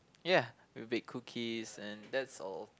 ya we bake cookies and that's all